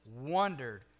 wondered